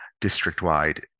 district-wide